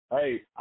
Hey